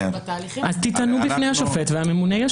תטענו בפני השופט והממונה ישיב.